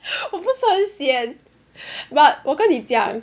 我不是很 sian but 我跟你讲